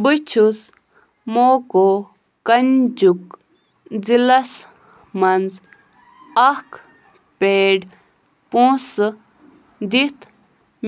بہٕ چھُس موقو کنچُک ضِلعس منٛز اَکھ پیڈ پونٛسہٕ دِتھ